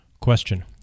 question